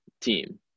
team